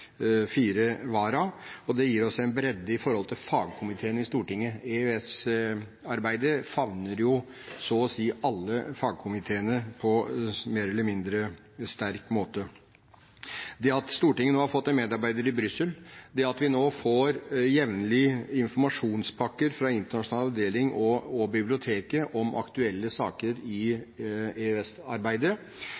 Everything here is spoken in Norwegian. fire vara. Det gir oss en bredde med tanke på fagkomiteene i Stortinget. EØS-arbeidet favner jo så å si alle fagkomiteene på mer eller mindre sterk måte. Det at Stortinget nå har fått en medarbeider i Brussel, og det at vi nå jevnlig får informasjonspakker fra internasjonal avdeling og biblioteket om aktuelle saker i